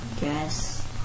guess